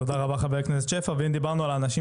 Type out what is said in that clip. תודה רבה חבר הכנסת שפע ואם דיברנו על אנשים